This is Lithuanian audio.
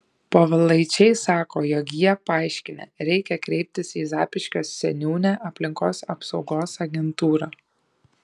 povilaičiai sako jog jie paaiškinę reikia kreiptis į zapyškio seniūnę aplinkos apsaugos agentūrą